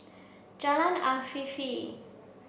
Jalan Afifi